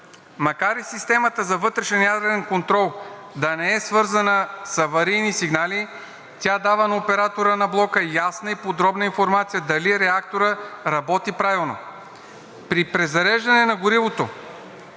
Макар и системата за вътрешен ядрен контрол да не е свързана с аварийни сигнали, тя дава на оператора на блока ясна и подробна информация дали реакторът работи правилно. При презареждане на горивото